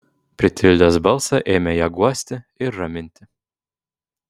pritildęs balsą ėmė ją guosti ir raminti